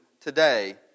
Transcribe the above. today